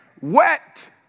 wet